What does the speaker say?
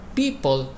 people